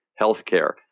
healthcare